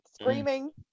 screaming